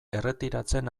erretiratzen